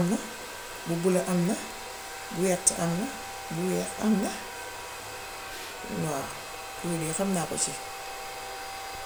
bu bula am na, bu wert am na, bu weex am na waaw yooy de xam naa ko ci.